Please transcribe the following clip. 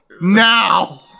Now